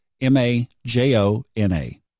M-A-J-O-N-A